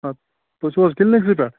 تُہۍ چھِو حظ کِلِنکسٕے پٮ۪ٹھ